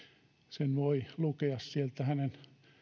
sen voi lukea sieltä hänen